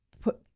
put